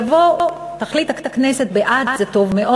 יבוא, תחליט הכנסת בעד, זה טוב מאוד.